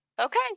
Okay